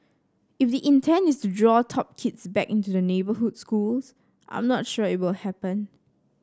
if the intent is to draw top kids back into the neighbourhood schools I'm not sure it will happen